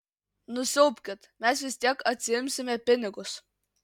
nusiaubkit mes vis tiek atsiimsime pinigus